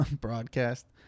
broadcast